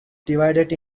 divided